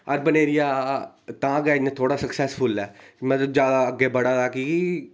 urban area ता इन्ना थोह्ड़ा सक्सैस्सफुल ऐ मतलब जैदा अग्गें बधै दा ऐ की के